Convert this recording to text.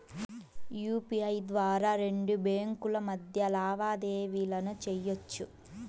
UPI ద్వారా రెండు బ్యేంకుల మధ్య లావాదేవీలను చెయ్యొచ్చు